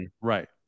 Right